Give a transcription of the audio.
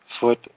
foot